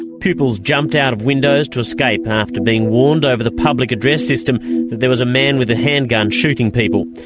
pupils jumped out of windows to escape after being warned over the public address system that there was a man with a handgun shooting people.